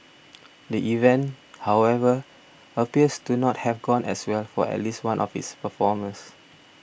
the event however appears to not have gone as well for at least one of its performers